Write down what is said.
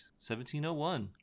1701